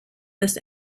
this